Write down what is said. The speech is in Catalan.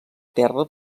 terra